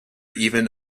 even